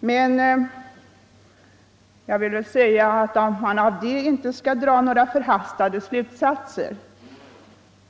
men man skall väl av det inte dra några förhastade slutsatser.